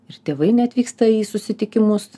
ir tėvai neatvyksta į susitikimus